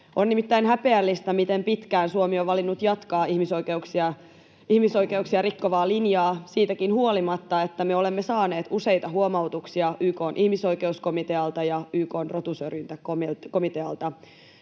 On nimittäin häpeällistä, miten pitkään Suomi on valinnut jatkaa ihmisoikeuksia rikkovaa linjaa siitäkin huolimatta, että me olemme saaneet useita huomautuksia YK:n ihmisoikeuskomitealta ja YK:n rotusyrjintäkomitealta.